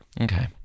Okay